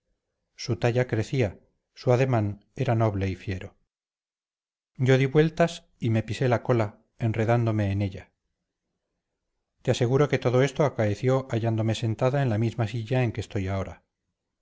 su talla crecía su ademán era noble y fiero yo di vueltas y me pisé la cola enredándome en ella te aseguro que todo esto acaeció hallándome sentada en la misma silla en que estoy ahora